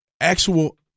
actual